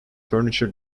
furniture